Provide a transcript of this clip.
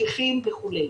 שליחים וכו'.